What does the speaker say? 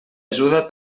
ajuda